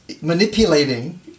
manipulating